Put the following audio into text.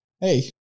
hey